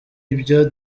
ibyo